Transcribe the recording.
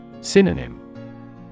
Synonym